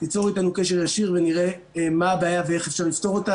תיצור איתנו קשר ישיר ונראה מה הבעיה ואיך אפשר לפתור אותה.